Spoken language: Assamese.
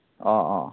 অঁ অঁ